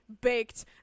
baked